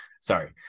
sorry